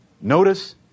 Notice